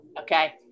Okay